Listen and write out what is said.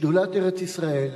שדולת ארץ-ישראל,